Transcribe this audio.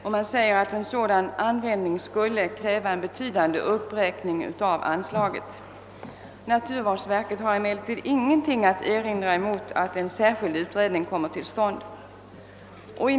En sådan användning skulle enligt naturvårdsverket kräva en betydande uppräkning av anslaget. Naturvårdsverket har emellertid intet att erinra mot att en särskild utredning kommer till stånd.